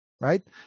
right